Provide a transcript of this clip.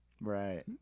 Right